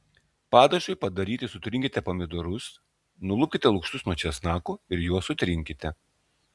padažui padaryti sutrinkite pomidorus nulupkite lukštus nuo česnakų ir juos sutrinkite